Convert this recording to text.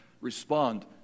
respond